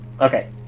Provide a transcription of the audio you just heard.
Okay